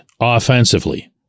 offensively